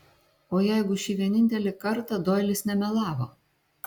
o jeigu šį vienintelį kartą doilis nemelavo